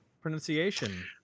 pronunciation